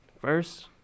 first